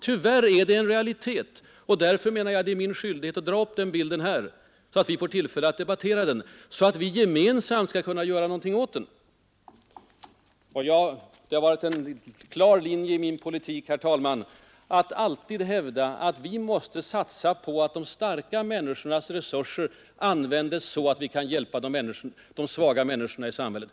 Tyvärr är den en realitet, och därför menar jag att det är min skyldighet att dra fram den här, så att vi får tillfälle att debattera den för att vi — om möjligt gemensamt — skall kunna göra någonting åt den. Det har varit en klar linje i min politik, herr talman, att alltid hävda att vi måste satsa på att de ”starka” människornas resurser användes så, att vi solidariskt kan hjälpa de svaga människorna i samhället.